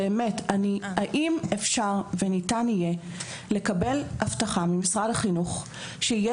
האם אפשר וניתן יהיה לקבל הבטחה ממשרד החינוך שיהיה